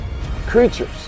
creatures